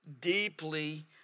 deeply